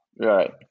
right